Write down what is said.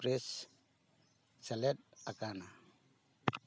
express ᱥᱮᱞᱮᱫ ᱟᱠᱟᱱᱟ